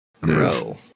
grow